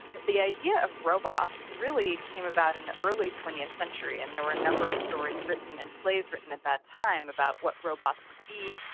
the idea of robots really came about in the early twentieth century, and there were a number of stories written and plays written at that time about what robots see,